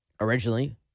originally